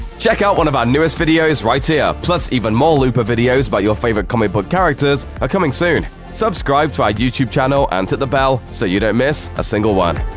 check out one of our newest videos right here! plus, even more looper videos about your favorite comic book characters are coming soon. subscribe to our youtube channel and hit the bell so you don't miss a single one.